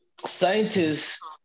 Scientists